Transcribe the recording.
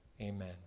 Amen